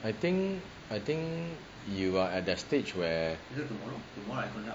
I think I think you are at that stage where